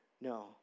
No